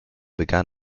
began